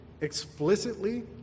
explicitly